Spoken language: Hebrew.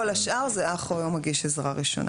כול השאר זה אח או מגיש עזרה ראשונה.